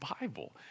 Bible